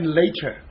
later